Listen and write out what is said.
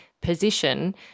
position